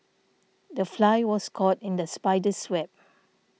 the fly was caught in the spider's web